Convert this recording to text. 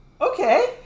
Okay